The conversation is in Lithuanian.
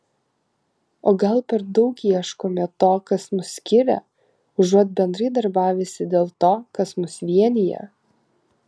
o gal per daug ieškome to kas mus skiria užuot bendrai darbavęsi dėl to kas mus vienija